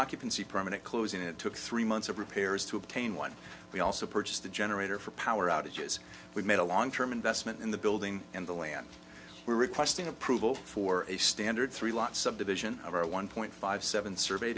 occupancy permit closing it took three months of repairs to obtain one we also purchased a generator for power outages we made a long term investment in the building and the land we're requesting approval for a standard three lot subdivision of our one point five seven survey